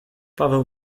paweł